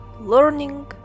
learning